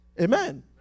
Amen